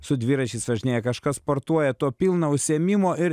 su dviračiais važinėja kažkas sportuoja to pilno užsiėmimo ir